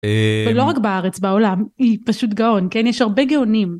אה... ולא רק בארץ, בעולם. היא, פשוט גאון, כן? יש הרבה גאונים.